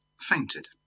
fainted